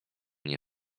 nie